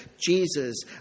Jesus